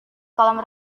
kolam